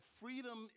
freedom